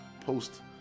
post